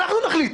"אנחנו נחליט".